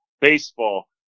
Baseball